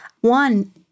One